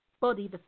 body